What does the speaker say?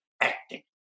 acting